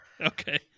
Okay